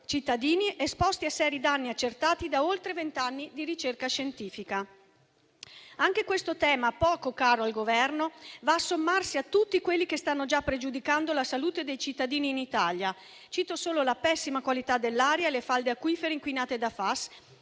cittadini, esposti a seri danni accertati da oltre vent'anni di ricerca scientifica. Anche questo tema, poco caro al Governo, va a sommarsi a tutti quelli che stanno già pregiudicando la salute dei cittadini in Italia. Cito solo la pessima qualità dell'aria e le falde acquifere inquinate da